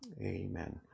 amen